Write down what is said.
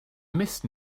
mist